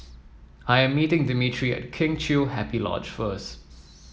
I am meeting Dimitri at Kheng Chiu Happy Lodge first